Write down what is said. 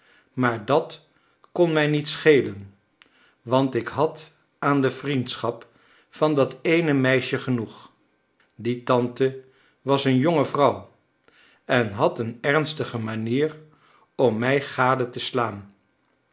maar dat kon mij niet schelen want ik had aan de vriendschap van dat eene meisje genoeg die tante was een jonge vrouw en had een ernstige manier om mij gade te slaan